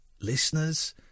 listeners